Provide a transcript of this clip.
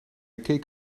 keek